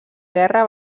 guerra